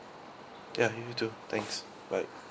ya you too thanks bye